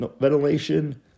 Ventilation